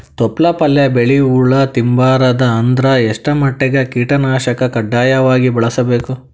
ತೊಪ್ಲ ಪಲ್ಯ ಬೆಳಿ ಹುಳ ತಿಂಬಾರದ ಅಂದ್ರ ಎಷ್ಟ ಮಟ್ಟಿಗ ಕೀಟನಾಶಕ ಕಡ್ಡಾಯವಾಗಿ ಬಳಸಬೇಕು?